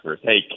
Hey